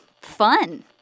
fun